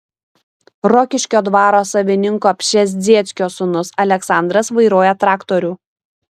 rokiškio dvaro savininko pšezdzieckio sūnus aleksandras vairuoja traktorių